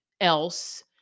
else